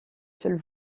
seule